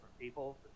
people